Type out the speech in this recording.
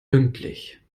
pünktlich